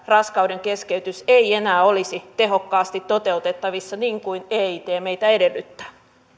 raskaudenkeskeytys ei enää olisi tehokkaasti toteutettavissa niin kuin eit meiltä edellyttää